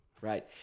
Right